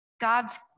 God's